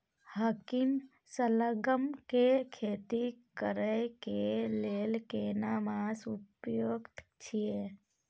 हाकीम सलगम के खेती करय के लेल केना मास उपयुक्त छियै?